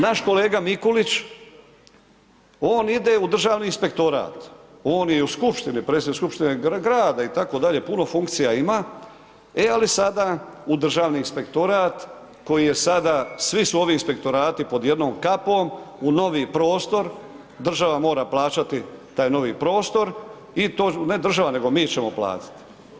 Naš kolega Mikulić, on ide u Državni inspektorat, on je i u Skupštini, predsjednik Skupštine Grada i tako dalje, puno funkcija ima, e ali sada u Državni inspektorat koji je sada, svi su ovi inspektorati pod jednom kapom, u novi prostor, država mora plaćati taj novi prostor i to ne država, nego mi ćemo platit.